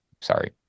sorry